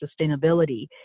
sustainability